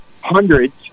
hundreds